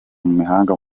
imahanga